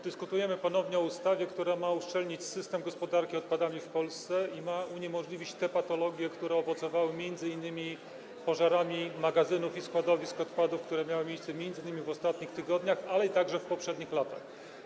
Dyskutujemy ponownie o ustawie, która ma uszczelnić system gospodarki odpadami w Polsce i ma uniemożliwić występowanie tych patologii, które owocowały m.in. pożarami magazynów i składowisk odpadów, które miały miejsce w ostatnich tygodniach, ale także w poprzednich latach.